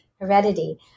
heredity